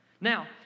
Now